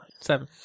Seven